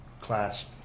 class